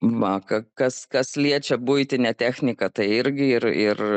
va ka kas kas liečia buitinę techniką tai irgi ir ir